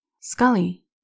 Scully